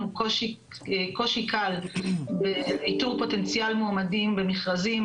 קושי קל באיתור פוטנציאל מועמדים במכרזים,